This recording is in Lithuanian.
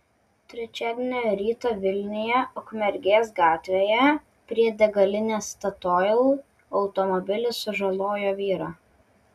trečiadienio rytą vilniuje ukmergės gatvėje prie degalinės statoil automobilis sužalojo vyrą